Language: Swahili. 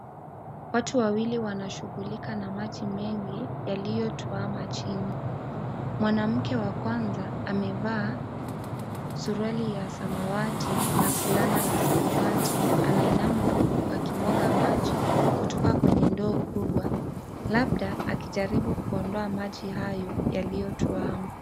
Watu wawili wanashughulika na maji mengi yaliyotwaa majini. Mwanamke wa kwanza amevaa suruali ya samawati na fulana ya samawati anainama huku akimwaga maji kutoka kwenye ndoo kubwa, labda akijaribu kuondoa maji hayo yaliyotuama.